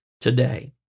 today